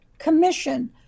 commission